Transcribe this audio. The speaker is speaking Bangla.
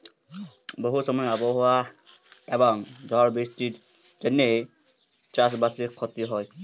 বহু সময় আবহাওয়া এবং ঝড় বৃষ্টির জনহে চাস বাসে ক্ষতি হয়